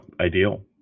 ideal